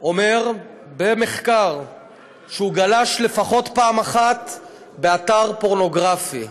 אומר במחקר שהוא גלש לפחות פעם אחת באתר פורנוגרפי.